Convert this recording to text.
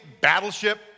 Battleship